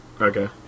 Okay